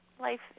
life